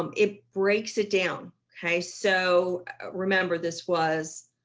um it breaks it down. okay. so remember, this was